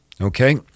okay